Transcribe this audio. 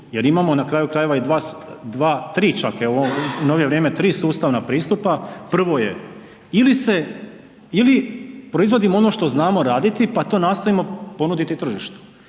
jer imamo na kraju krajeva i dva, tri čak, evo u novije vrijeme tri sustavna pristupa. Prvo je ili se, ili proizvodimo ono što znamo raditi pa to nastojimo ponuditi tržištu.